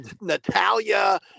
Natalia